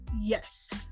yes